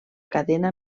cadena